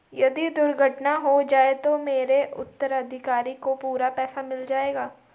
यदि दुर्घटना हो जाये तो मेरे उत्तराधिकारी को पूरा पैसा मिल जाएगा?